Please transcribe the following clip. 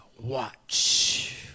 watch